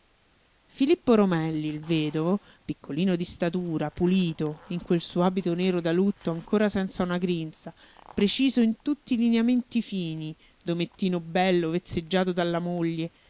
filippo romelli il vedovo piccolino di statura pulito in quel suo abito nero da lutto ancora senza una grinza preciso in tutti i lineamenti fini d'omettino bello vezzeggiato dalla moglie